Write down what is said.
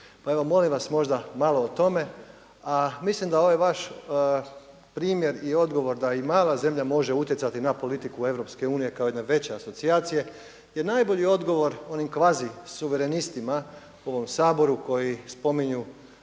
molim vas možda malo o tome. A mislim da ovaj vaš primjer i odgovor da i mala zemlja može utjecati na politiku EU kao jedne veće asocijacije je najbolji odgovor onim kvazi suverenistima u ovom Saboru koji spominju